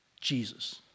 Jesus